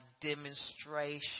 demonstration